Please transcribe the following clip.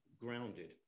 grounded